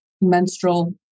menstrual